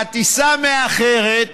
והטיסה מאחרת,